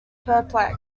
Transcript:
perplexed